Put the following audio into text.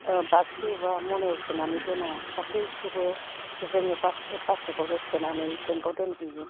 बाक्सु बा मनायाव सोनानै दोना गासैखोबो जोङो पासबुक पासबुकावसो सोनानै बेंकआव दोनहैयो